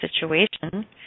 situation